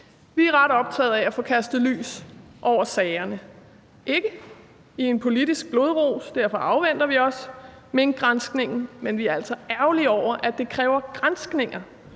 Vi er ret optaget af at få kastet lys over sagerne, ikke i en politisk blodrus, og derfor afventer vi også minkgranskningen, men vi er altså ærgerlige over, at det kræver granskninger,